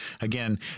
Again